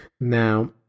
Now